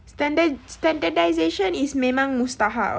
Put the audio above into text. standard~ standardisation is memang mustahak [what]